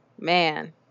man